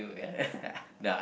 nah